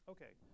Okay